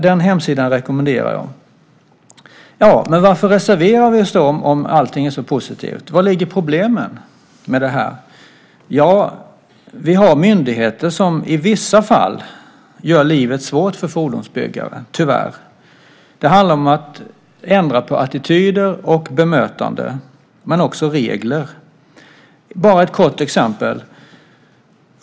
Den hemsidan rekommenderar jag. Men varför reserverar vi oss om allting är så positivt? Vari ligger problemen med det här? Ja, vi har myndigheter som i vissa fall gör livet svårt för fordonsbyggare, tyvärr. Det handlar om att ändra attityder och bemötande, men också regler. Jag kan ta ett kort exempel.